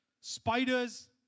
Spiders